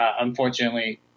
Unfortunately